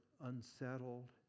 unsettled